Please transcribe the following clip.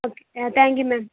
okay thank you ma'am